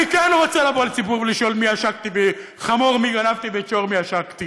אני כן רוצה לבוא לציבור ולשאול: חמור מי גנבתי ושור מי עשקתי.